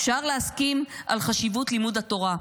אפשר להסכים על חשיבות לימוד התורה,